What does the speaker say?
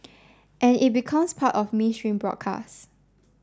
and it becomes part of mainstream broadcast